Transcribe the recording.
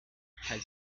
had